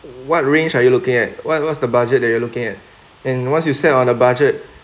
what range are you looking at what what's the budget that you are looking at and once you set on a budget